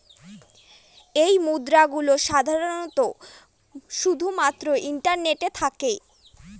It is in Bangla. এই মুদ্রা গুলো সাধারনত শুধু মাত্র ইন্টারনেটে থাকে